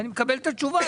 ואני מקבל את התשובה.